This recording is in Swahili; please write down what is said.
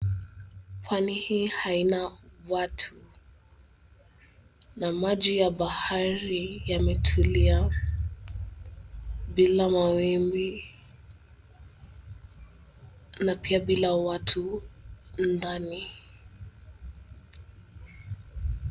Pwani hii haina watu na maji ya bahari yametulia bila mawimbi na pia bila watu ndani.